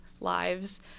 lives